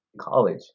college